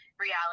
reality